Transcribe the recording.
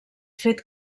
fet